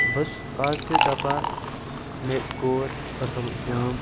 بہٕ چھُس آز تہِ دَپان مےٚ کوٚر اصٕل کٲم